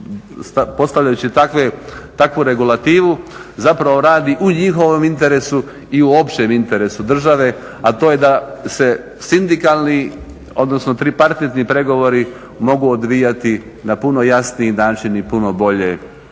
postavljajući takvu regulativu, zapravo radi u njihovom interesu i u općem interesu države, a to je da se sindikalni odnosno tripartitni pregovori mogu odvijati na puno jasniji način i puno bolje